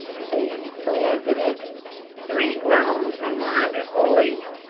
said the president. three groans for blinders, boys.